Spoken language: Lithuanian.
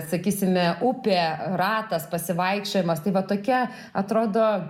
sakysime upė ratas pasivaikščiojimas tai va tokie atrodo